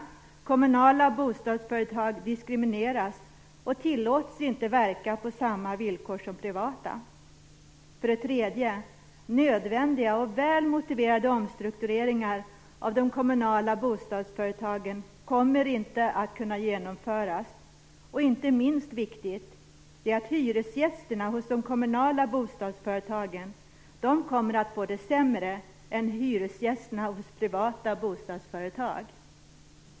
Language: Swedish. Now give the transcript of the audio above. Kommunala bostadsföretag diskrimineras och tillåts inte verka på samma villkor som privata. 3. Nödvändiga och väl motiverade omstruktureringar av de kommunala bostadsföretagen kommer inte att kunna genomföras. Inte minst viktigt är att hyresgästerna hos de kommunala bostadsföretagen kommer att få det sämre än hyresgästerna hos privata bostadsföretag.